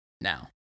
now